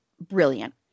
brilliant